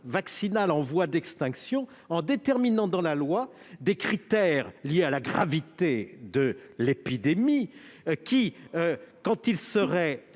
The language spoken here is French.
vaccinal en voie d'extinction en fixant dans la loi des critères liés à la gravité de l'épidémie. S'ils étaient